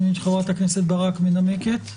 אני מבין שחברת הכנסת ברק מנמקת.